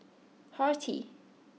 Horti